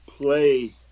Play